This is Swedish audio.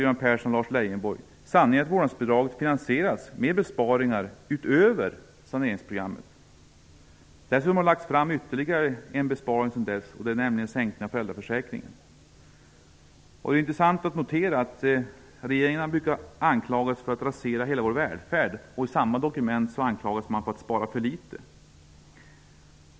Sanningen är att vårdnadsbidraget finansieras med besparingar utöver saneringsprogrammet. Dessutom har det lagts fram ytterligare en besparing sedan dess, nämligen sänkningen av föräldraförsäkringen. Det är intressant att notera att regeringen anklagas för att rasera hela vår välfärd och i samma dokument beskylls för att spara för litet.